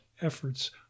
efforts